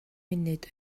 munud